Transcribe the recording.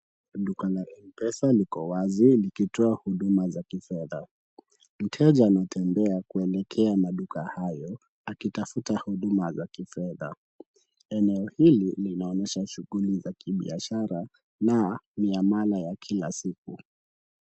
Duka la M-Pesa liko wazi likitoa huduma za kifedha. Mteja anatembea kuelekea maduka hayo, akitafuta huduma za kifedha. Eneo hili linaonyesha shughuli za kibiashara na miamala ya kila siku.